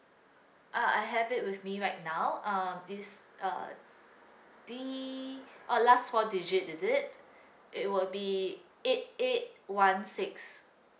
uh I have it with me right now uh it's uh D uh last four digit is it it will be eight eight one six